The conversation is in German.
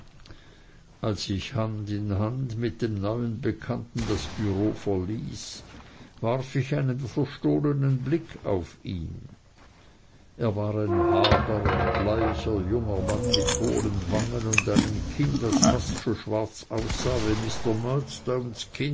als ich hand in hand mit dem neuen bekannten das bureau verließ warf ich einen verstohlenen blick auf ihn er war ein hagerer bleicher junger mann mit hohlen wangen und einem kinn das fast so schwarz aussah wie